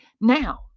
now